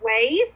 wave